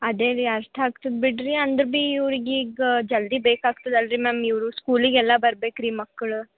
ಅದೇರಿ ಅಷ್ಟು ಆಕ್ತದ್ ಬಿಡಿರಿ ಅಂದ್ರೆ ಬಿ ಇವ್ರ್ಗೆ ಈಗ ಜಲ್ದಿ ಬೇಕಾಗ್ತದಲ್ರಿ ಮ್ಯಾಮ್ ಇವರು ಸ್ಕೂಲಿಗೆ ಎಲ್ಲ ಬರಬೇಕ್ರಿ ಮಕ್ಕಳು